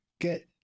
get